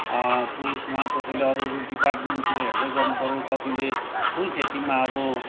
पुलिममा कसैले अरू अरू डिपार्टमेन्टतिर हेर्दै गर्नुपऱ्यो कतिले फुल खेतीमा अब